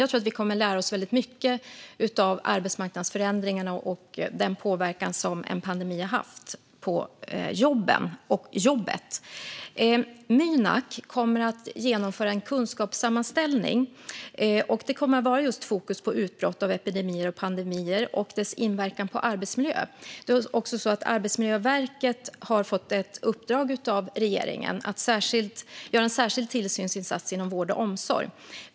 Jag tror att vi kommer att lära oss väldigt mycket av arbetsmarknadsförändringarna och den påverkan som en pandemi har haft på jobben och jobbet. Mynak kommer att genomföra en kunskapssammanställning, och det kommer att vara fokus på utbrott av epidemier och pandemier och deras inverkan på arbetsmiljö. Det är också så att Arbetsmiljöverket har fått ett uppdrag av regeringen att göra en särskild tillsynsinsats inom vård och omsorg.